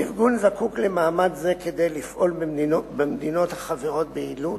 הארגון זקוק למעמד זה כדי לפעול במדינות החברות ביעילות